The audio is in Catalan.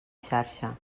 xarxa